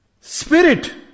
spirit